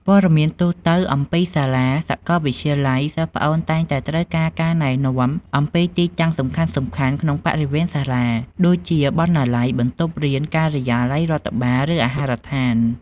ព័ត៌មានទូទៅអំពីសាលា សាកលវិទ្យាល័យសិស្សប្អូនតែងតែត្រូវការការណែនាំអំពីទីតាំងសំខាន់ៗក្នុងបរិវេណសាលា ដូចជា បណ្ណាល័យ បន្ទប់រៀន ការិយាល័យរដ្ឋបាល ឬអាហារដ្ឋាន។